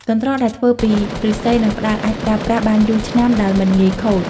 កន្ត្រកដែលធ្វើពីឫស្សី និងផ្តៅអាចប្រើប្រាស់បានយូរឆ្នាំដោយមិនងាយខូច។